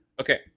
okay